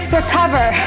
Recover